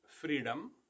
freedom